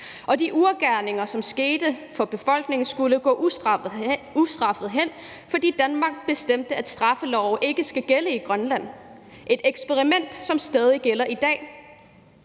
Og de ugerninger, som skete for befolkningen, skulle gå ustraffede hen, fordi Danmark bestemte, at straffeloven ikke skulle gælde i Grønland – et eksperiment, som stadig gælder i dag.